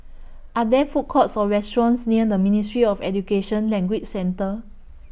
Are There Food Courts Or restaurants near The Ministry of Education Language Centre